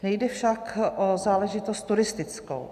Nejde však o záležitost turistickou.